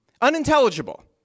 Unintelligible